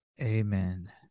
amen